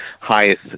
highest